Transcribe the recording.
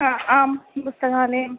हा आं पुस्तकालयः